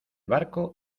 barco